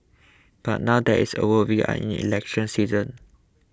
but now that is over we are in election season